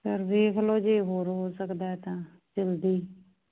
sir ਦੇਖ ਲਓ ਜੇ ਹੋਰ ਹੋ ਸਕਦਾ ਤਾਂ ਜਲਦੀ